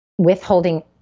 withholding